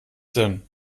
denn